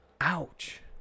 Ouch